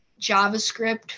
JavaScript